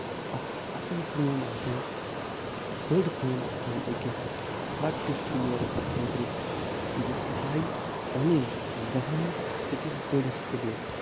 اَصٕل کٲم آسان تہٕ بٔڑۍ کٲم آسان أکِس لَکٔٹِس پِلیرَس خٲطرٕ زِ سُہ ہاوِ پَنٕنۍ زَہانَتھ أکِس بٔڑِس پِلیرَس